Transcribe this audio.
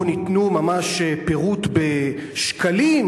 פה ניתן ממש פירוט בשקלים.